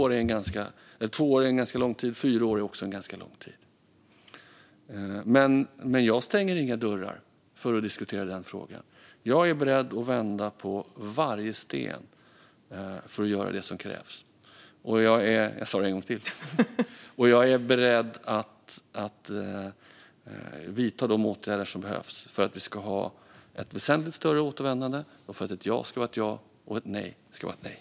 Två år är ganska lång tid; fyra år är också ganska lång tid. Men jag stänger inga dörrar när det gäller att diskutera den frågan. Jag är beredd att vända på varje sten för att göra det som krävs - jag sa det en gång till! Jag är beredd att vidta de åtgärder som behövs för att vi ska ha ett väsentligt större återvändande och för att ett ja ska vara ett ja och ett nej ska vara ett nej.